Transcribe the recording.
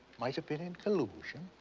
might have been in collusion?